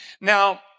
Now